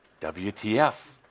WTF